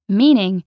meaning